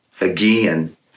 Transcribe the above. again